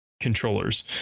controllers